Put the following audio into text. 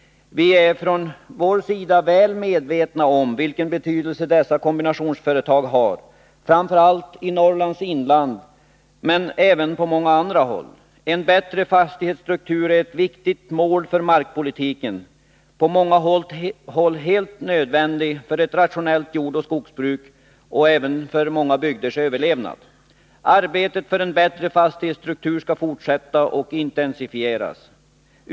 Vi från vår sida är väl medvetna om vilken betydelse dessa kombinationsföretag har framför allt i Norrlands inland men även på många andra håll. En bättre fastighetsstruktur är ett viktigt mål för markpolitiken — på många håll helt nödvändig för ett rationellt jordoch skogsbruk och för många bygders överlevnad. Arbetet för en bättre fastighetsstruktur skall fortsätta och intensifieras.